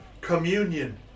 communion